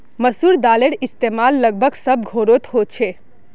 मसूर दालेर इस्तेमाल लगभग सब घोरोत होछे